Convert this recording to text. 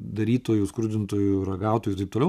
darytojų skurdintojų ragautojų ir taip toliau